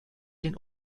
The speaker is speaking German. den